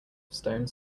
stone